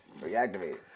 Reactivated